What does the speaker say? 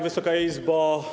Wysoka Izbo!